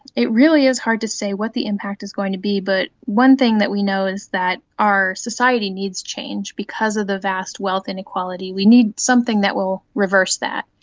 it really is hard to say what the impact is going to be, but one thing that we know is that our society needs change because of the vast wealth inequality, we need something that will reverse that.